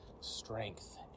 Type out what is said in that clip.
strength